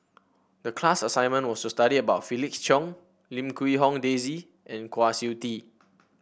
the class assignment was to study about Felix Cheong Lim Quee Hong Daisy and Kwa Siew Tee